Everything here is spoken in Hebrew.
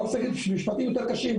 אני לא רוצה להגיד משפטים יותר קשים.